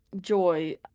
joy